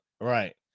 right